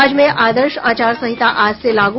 राज्य में आदर्श आचार संहिता आज से लागू